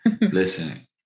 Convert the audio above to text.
listen